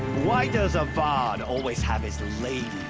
why does avad. always have his ladies.